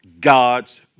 God's